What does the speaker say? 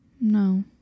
No